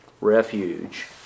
refuge